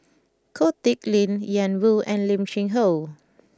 Ko Teck Kin Ian Woo and Lim Cheng Hoe